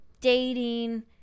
dating